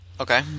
Okay